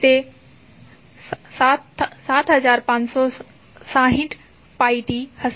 તો તે 7560πt હશે